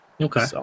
Okay